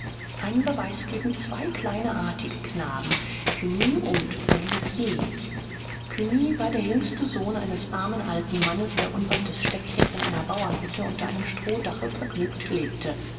einen beweis geben zwei kleine artige knaben cugny und olivier cugny war der jüngste sohn eines armen alten mannes der unweit des städtchens in einer bauernhütte unter seinem strohdache vergnügt lebte